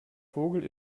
vogel